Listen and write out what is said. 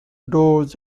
doors